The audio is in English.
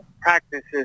practices